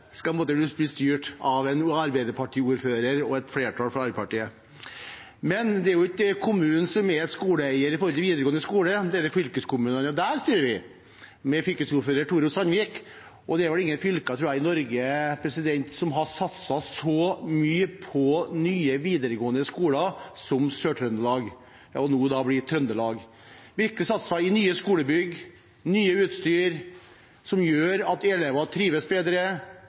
skal bli styrt av en Arbeiderparti-ordfører og et flertall fra Arbeiderpartiet. Det er ikke kommunen som er skoleeier for videregående skoler. Det er det fylkeskommunen som er, og der styrer vi med fylkesordfører Tore O. Sandvik. Jeg tror ikke det er noen fylker som har satset så mye på nye videregående skoler som Sør-Trøndelag – og nå Trøndelag. Vi har satset på nye skolebygg og nytt utstyr, som gjør at elever trives bedre,